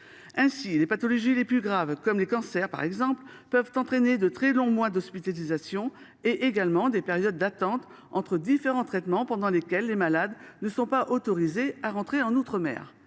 : les pathologies les plus graves, comme les cancers, peuvent entraîner de nombreux mois d’hospitalisation et induire des périodes d’attente entre différents traitements, pendant lesquelles les malades ne sont pas autorisés à rentrer outre mer.